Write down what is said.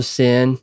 sin